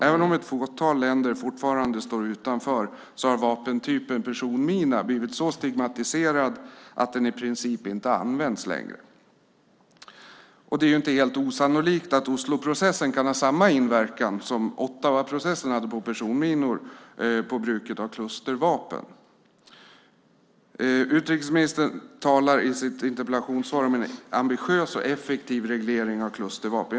Även om ett fåtal länder fortfarande står utanför har vapentypen personmina blivit så stigmatiserad att den i princip inte längre används. Det är inte helt osannolikt att Osloprocessen kan ha samma inverkan på bruket av klustervapen som Ottawaprocessen hade på bruket av personminor. Utrikesministern talar i sitt interpellationssvar om en ambitiös och effektiv reglering av klustervapen.